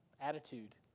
attitude